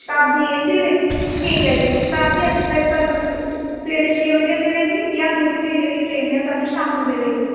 Shatabdi A C ਵਿੱਚ ਠੀਕ ਹੈ ਜੀ ਸ਼ਤਾਬਦੀ ਐਕਸਪਰੈਸ ਤੁਹਾਨੂੰ ਸਵੇ ਸਵੇਰੇ ਛੇ ਵਜੇ ਮਿਲੇਗੀ ਜਾਂ ਦੂਸਰੀ ਜਿਹੜੀ ਟ੍ਰੇਨ ਹੈ ਉਹ ਤੁਹਾਨੂੰ ਸ਼ਾਮ ਨੂੰ ਮਿਲੇਗੀ